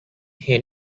him